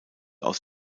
aus